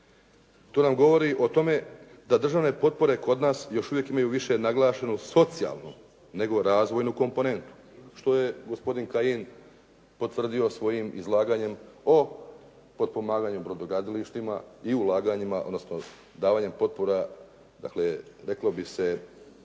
To nam govori o tome da državne potpore kod nas još uvijek imaju više naglašenu socijalnu nego razvojnu komponentu, što je gospodin Kajin potvrdio svojim izlaganje o potpomaganjem brodogradilištima i ulaganjima, odnosno davanja potpora dakle reklo bi se